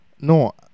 No